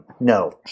No